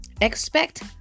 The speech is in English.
expect